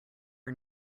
are